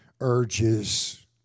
urges